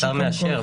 השר מאשר,